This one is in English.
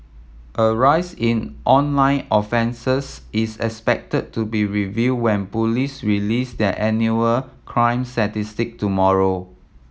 a rise in online offences is expected to be revealed when police release their annual crime tomorrow